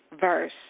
verse